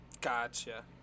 Gotcha